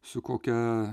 su kokia